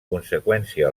conseqüència